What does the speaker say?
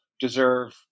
deserve